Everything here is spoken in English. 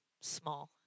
small